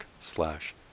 slash